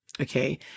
okay